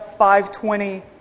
520